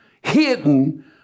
hidden